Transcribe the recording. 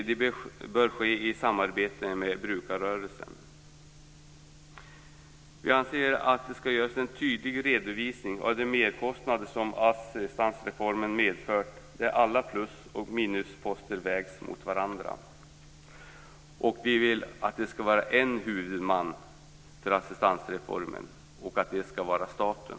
Detta bör ske i samarbete med brukarrörelsen. Vi anser att det bör göras en tydlig redovisning av de merkostnader som assistansreformen har medfört, där alla plus och minusposter vägs mot varandra. Vi vill att det skall vara en huvudman för assistansreformen, och denna skall vara staten.